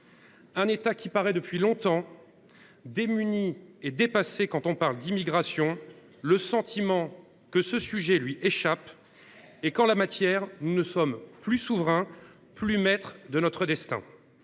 un État qui paraît depuis longtemps démuni et dépassé quand il s’agit d’immigration, donnant le sentiment que ce sujet lui échappe et que, en la matière, nous ne sommes plus souverains ni maîtres de notre destin.